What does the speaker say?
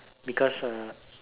because